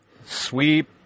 sweep